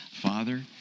Father